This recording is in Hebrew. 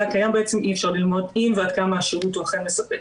הקיים אי אפשר ללמוד אם ועד כמה השירות הוא אכן מספק.